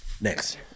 Next